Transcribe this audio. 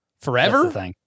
forever